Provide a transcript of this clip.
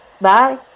Bye